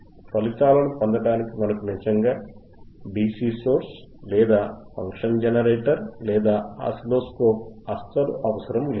ఈ ఫలితాలను పొందడానికి మనకు నిజంగా DC సోర్స్ లేదా ఫంక్షన్ జెనరేటర్ లేదా ఆసిలోస్కోప్ అస్సలు అవసరము లేదు